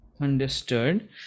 Understood